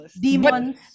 demons